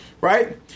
Right